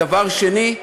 דבר שני,